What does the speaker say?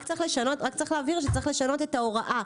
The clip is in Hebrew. רק צריך להבהיר שצריך לשנות את ההוראה.